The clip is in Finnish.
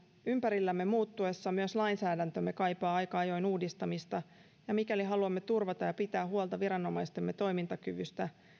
ympärillämme muuttuessa myös lainsäädäntömme kaipaa aika ajoin uudistamista ja mikäli haluamme turvata ja pitää huolta viranomaistemme toimintakyvystä